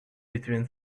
between